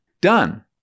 done